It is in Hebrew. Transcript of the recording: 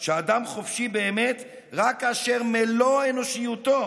שאדם חופשי באמת רק כאשר מלוא אנושיותו,